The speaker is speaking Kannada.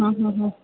ಹಾಂ ಹಾಂ ಹಾಂ